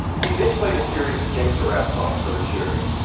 he then played a series of gangsta rap songs for the jury.